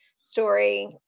story